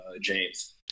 James